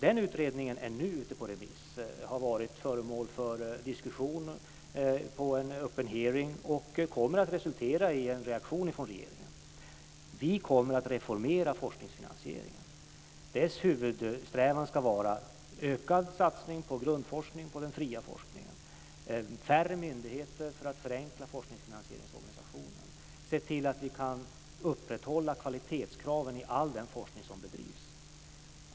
Den utredningen är nu ute på remiss och har varit föremål för diskussion på en öppen hearing, och den kommer att resultera i en reaktion från regeringen. Vi kommer att reformera forskningsfinansieringen. Dess huvudsträvan ska vara ökad satsning på grundforskning, på den fria forskningen, färre myndigheter för att förenkla forskningsfinansieringsorganisationen, att se till att vi kan upprätthålla kvalitetskraven i all den forskning som bedrivs.